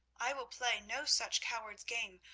i will play no such coward's game,